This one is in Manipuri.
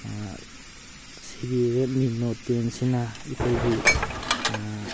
ꯁꯤꯒꯤ ꯔꯦꯗꯃꯤ ꯅꯣꯠ ꯇꯦꯟꯁꯤꯅ ꯑꯩꯈꯣꯏꯒꯤ